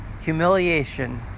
humiliation